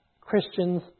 Christians